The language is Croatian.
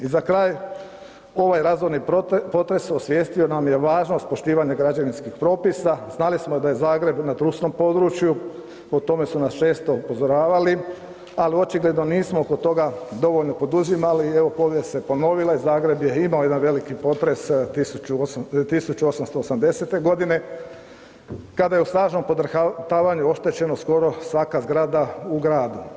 I za kraj, ovaj razorni potres osvijestio nam je važnost poštivanja građevinskih propisa, znali smo da je Zagreb na trusnom području, o tome su nas često upozoravali, ali očigledno nismo oko toga dovoljno poduzimali i evo povijest se ponovila i Zagreb je imao jedan veliki potres 1880. godine kada je u snažnom podrhtavanju oštećeno skoro svaka zgrada u gradu.